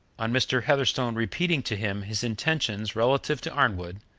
on mr. heatherstone repeating to him his intentions relative to arnwood,